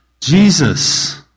Jesus